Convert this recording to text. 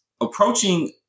approaching